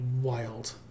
wild